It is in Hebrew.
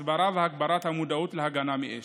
הסברה והגברת המודעות להגנה מאש.